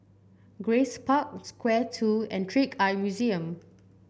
Grace Park Square Two and Trick Eye Museum